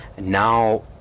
now